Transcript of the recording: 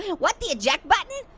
what the eject button?